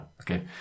okay